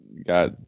got